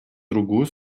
другую